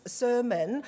sermon